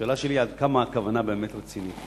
השאלה שלי, עד כמה הכוונה באמת רצינית.